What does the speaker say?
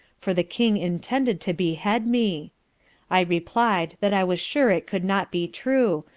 for the king intended to behead me i reply'd that i was sure it could not be true,